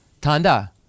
Tanda